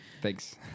Thanks